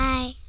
Bye